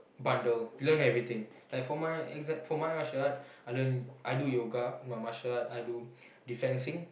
bundle you learn everything like for my exact~ for my martial art I learn I do yoga my martial art I do defensing